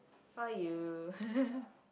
for you